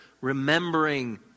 remembering